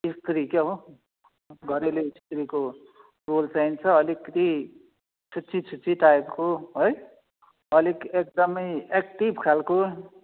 स्त्री क्या हो घरेलु स्त्रीको रोल चाहिन्छ अलिकति छुच्ची छुच्ची टाइपको है अलिक एकदमै एक्टिभ खालको